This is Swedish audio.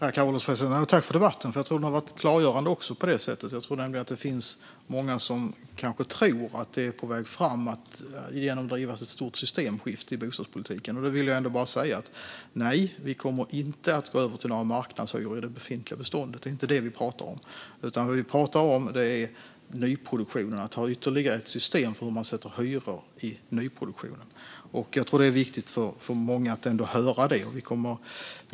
Herr ålderspresident! Tack, Amineh Kakabaveh, för debatten! Jag tror att den har varit klargörande. Jag tror nämligen att det finns många som tror att ett stort systemskifte är på väg att genomdrivas i bostadspolitiken. Jag vill säga att vi inte kommer att gå över till marknadshyror i det befintliga beståndet; det är inte det vi pratar om. Vad vi pratar om är nyproduktionen och att ha ytterligare ett system för hur man sätter hyror i nyproduktionen. Jag tror att det är viktigt för många att få höra detta.